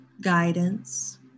guidance